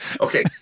okay